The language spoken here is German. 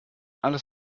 alles